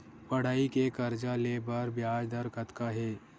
पढ़ई के कर्जा ले बर ब्याज दर कतका हे?